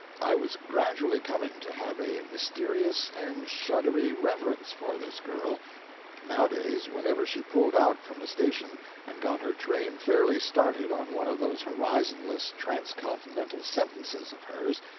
i was gradually coming to have a mysterious and shuddery reverence for this girl nowadays whenever she pulled out from the station and got her train fairly started on one of those horizonless transcontinental sentences of hers,